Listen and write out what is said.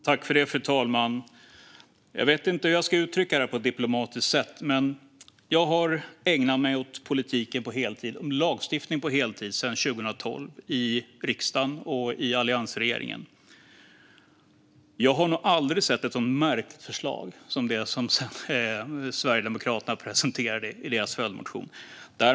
Fru talman! Jag vet inte hur jag ska uttrycka det här på ett diplomatiskt sätt. Men jag har ägnat mig åt politiken och åt lagstiftning på heltid sedan 2012, i riksdagen och i alliansregeringen. Jag har nog aldrig sett ett så märkligt förslag som det Sverigedemokraterna presenterade i sin följdmotion.